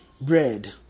bread